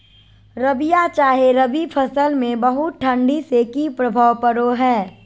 रबिया चाहे रवि फसल में बहुत ठंडी से की प्रभाव पड़ो है?